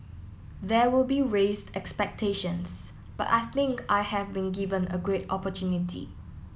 there will be raised expectations but I think I have been given a great opportunity